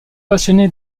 passionné